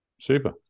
Super